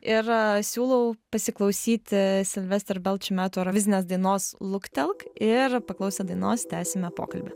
ir siūlau pasiklausyti silvester belt šių metų eurovizinės dainos luktelk ir paklausę dainos tęsime pokalbį